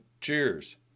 Cheers